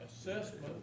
assessment